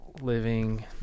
living